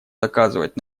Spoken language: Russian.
доказывать